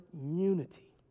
unity